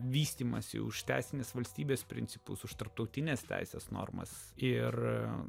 vystymąsi už teisinės valstybės principus už tarptautinės teisės normas ir